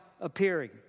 appearing